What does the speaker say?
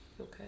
Okay